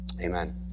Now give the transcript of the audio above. Amen